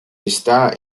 está